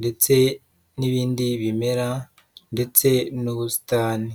ndetse n'ibindi bimera ndetse n'ubusitani.